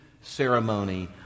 ceremony